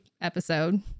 episode